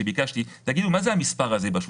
שאלתי, תגידו, מה זה המספר הזה בשותפות?